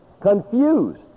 Confused